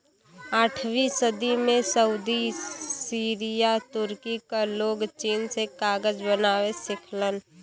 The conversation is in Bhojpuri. आठवीं सदी में सऊदी सीरिया तुर्की क लोग चीन से कागज बनावे सिखलन